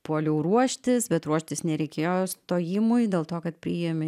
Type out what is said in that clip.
puoliau ruoštis bet ruoštis nereikėjo stojimui dėl to kad priėmė